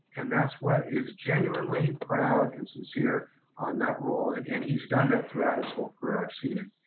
and that's what is genuinely proud and sincere on that role and and he's done that throughout his whole career. i've seen it,